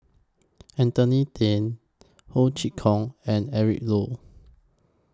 Anthony Then Ho Chee Kong and Eric Low